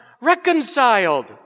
reconciled